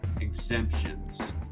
exemptions